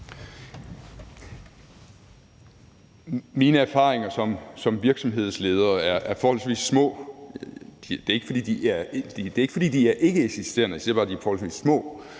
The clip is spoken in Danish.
Mine erfaringer som virksomhedsleder er forholdsvis små. Det er ikke, fordi de er ikkeeksisterende, jeg siger bare, de er forholdsvis små.